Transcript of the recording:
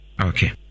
Okay